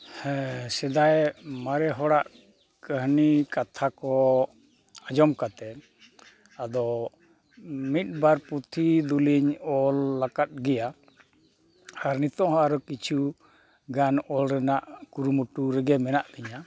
ᱦᱮᱸ ᱥᱮᱫᱟᱭ ᱢᱟᱨᱮ ᱦᱚᱲᱟᱜ ᱠᱟᱹᱦᱱᱤ ᱠᱟᱛᱷᱟ ᱠᱚ ᱟᱡᱚᱢ ᱠᱟᱛᱮᱫ ᱢᱤᱫ ᱵᱟᱨ ᱯᱩᱛᱷᱤ ᱫᱩᱞᱤᱧ ᱚᱞ ᱟᱠᱟᱫ ᱜᱮᱭᱟ ᱟᱨ ᱱᱤᱛᱚᱜ ᱦᱚᱸ ᱟᱨᱦᱚᱸ ᱠᱤᱪᱷᱩ ᱜᱟᱱ ᱚᱞ ᱨᱮᱱᱟᱜ ᱠᱩᱨᱩᱢᱩᱴᱩ ᱨᱮᱜᱮ ᱢᱮᱱᱟᱜ ᱞᱤᱧᱟ